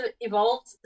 evolved